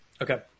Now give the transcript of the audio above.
Okay